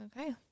okay